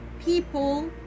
people